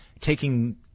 taking